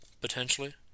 potentially